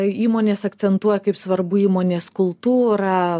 įmonės akcentuoja kaip svarbu įmonės kultūra